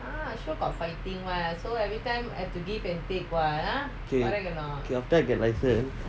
I forgot fighting leh so everytime at to give and take what they're gonna do your target later